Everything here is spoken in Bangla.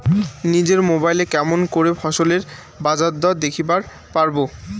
নিজের মোবাইলে কেমন করে ফসলের বাজারদর দেখিবার পারবো?